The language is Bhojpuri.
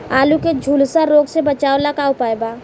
आलू के झुलसा रोग से बचाव ला का उपाय बा?